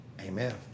Amen